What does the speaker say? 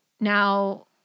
Now